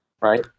right